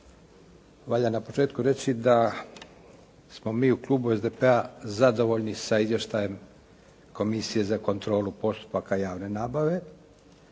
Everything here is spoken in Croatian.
Valja na početku reći da smo mi u Klubu SDP-a, zadovoljni sa izvještajem Komisije za kontrolu postupaka javne nabave,